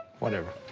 whatever.